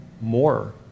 more